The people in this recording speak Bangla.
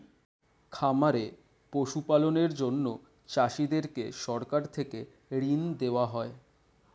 খামারে পশু পালনের জন্য চাষীদেরকে সরকার থেকে ঋণ দেওয়া হয়